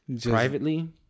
Privately